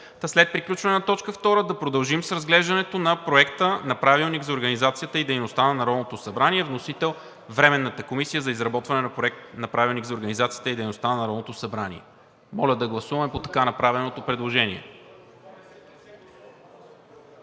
след приключване на точка втора да продължим с разглеждането на Проекта на правилник за организацията и дейността на Народното събрание. Вносител – Временната комисия за изработване на Проекта на правилник за организацията и дейността на Народното събрание. Моля да гласуваме по така направеното предложение.